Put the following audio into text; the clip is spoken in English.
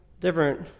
different